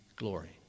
glory